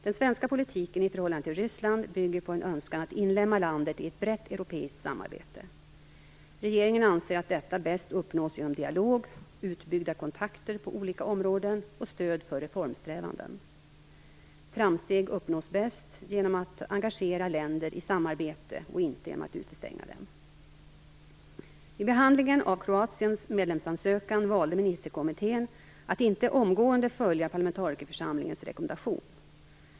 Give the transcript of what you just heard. Den svenska politiken i förhållande till Ryssland bygger på en önskan att inlemma landet i ett brett europeiskt samarbete. Regeringen anser att detta bäst uppnås genom dialog, utbyggda kontakter på olika områden och stöd för reformsträvanden. Framsteg uppnås bäst genom att engagera länder i samarbete, inte genom att utestänga dem. Vid behandlingen av Kroatiens medlemskapsansökan valde ministerkommittén att inte omgående följa parlamentarikerförsamlingens rekommendation.